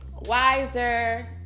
Wiser